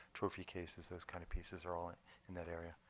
trophy cases. those kind of pieces are all in that area.